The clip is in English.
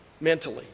mentally